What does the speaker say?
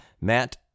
Matt